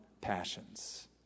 passions